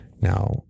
Now